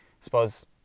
suppose